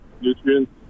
nutrients